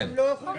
תודה רבה.